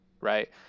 right